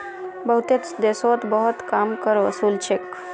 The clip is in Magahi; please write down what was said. बहुतेते देशोत बहुत कम कर वसूल छेक